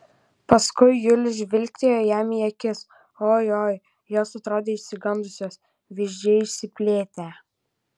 paskui julius žvilgtelėjo jam į akis oi oi jos atrodė išsigandusios vyzdžiai išsiplėtę